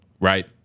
right